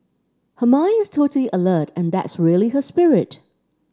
her mind is totally alert and that's really her spirit